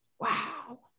wow